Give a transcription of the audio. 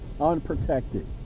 unprotected